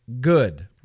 good